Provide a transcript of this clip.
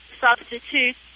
substitute